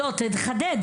תחדד.